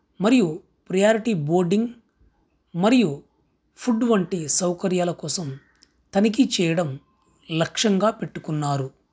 మరియు priority boarding మరియు food వంటి సౌకర్యాల కోసం తనిఖీ చేయడం లక్ష్యంగా పెట్టుకున్నారు